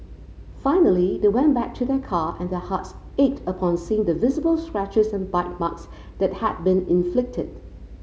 finally they went back to their car and their hearts ached upon seeing the visible scratches and bite marks that had been inflicted